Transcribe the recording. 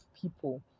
people